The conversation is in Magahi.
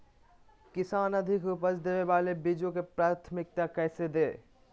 किसान अधिक उपज देवे वाले बीजों के प्राथमिकता कैसे दे?